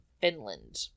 Finland